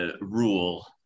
rule